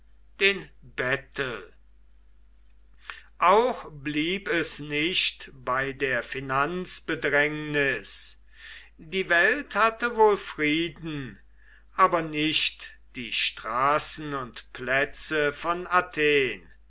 den bettel auch blieb es nicht bei der finanzbedrängnis die welt hatte wohl frieden aber nicht die straßen und plätze von athen